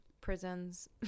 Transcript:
prisons